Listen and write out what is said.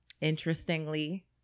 interestingly